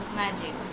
magic